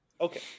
okay